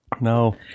no